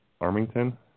Armington